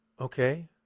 okay